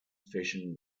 fashion